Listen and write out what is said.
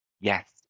Yes